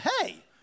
Hey